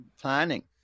planning